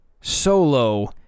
solo